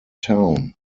town